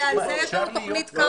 ועל זה יש לנו תוכנית קמפוסים.